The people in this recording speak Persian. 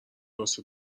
واسه